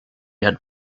had